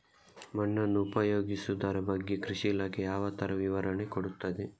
ಮಣ್ಣನ್ನು ಉಪಯೋಗಿಸುದರ ಬಗ್ಗೆ ಕೃಷಿ ಇಲಾಖೆ ಯಾವ ತರ ವಿವರಣೆ ಕೊಡುತ್ತದೆ?